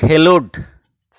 ᱠᱷᱮᱞᱳᱰ